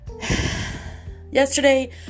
Yesterday